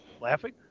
laughing